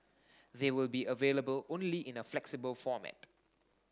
they will be available only in a flexible format